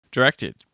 Directed